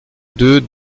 deux